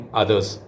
others